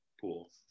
pool